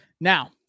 Now